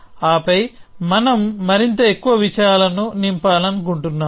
ఆపై మనం మరింత ఎక్కువ విషయాలను నింపాలనుకుంటున్నాము